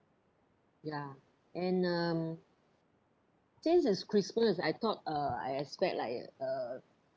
ya and um since it's christmas I thought uh I expect like uh